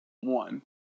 One